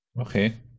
Okay